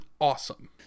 awesome